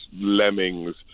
lemmings